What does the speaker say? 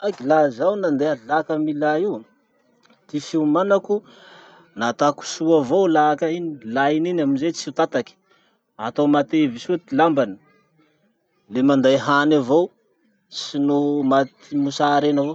Aiky laha zaho nandeha laka milay io, ty fiomanako, nataoko soa avao laka iny, lainy iny amizay tsy tataky. Atao matevy soa ty lambany, le manday hany avao tsy noho maty mosary eny avao.